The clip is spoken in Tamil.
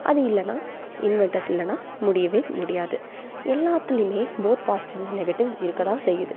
அது இல்லைன்னா இன்வெர்ட்டர்ஸ் இல்லைன்னா முடியவே முடியாது எல்லாத்துலேயுமே போத் பாசிடிவ்ஸ் அண்ட் நெகடிவ்ஸ் இருக்க தான் செய்யுது